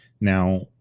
Now